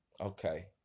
Okay